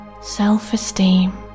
self-esteem